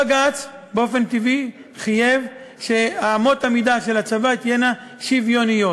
בג"ץ באופן טבעי חייב שאמות המידה של הצבא תהיינה שוויוניות.